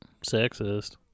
sexist